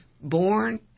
born